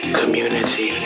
community